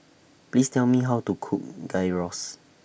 Please Tell Me How to Cook Gyros